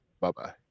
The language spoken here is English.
Bye-bye